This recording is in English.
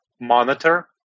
monitor